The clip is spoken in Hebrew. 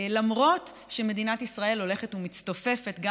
למרות שמדינת ישראל הולכת ומצטופפת גם